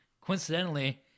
coincidentally